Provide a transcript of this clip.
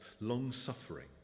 long-suffering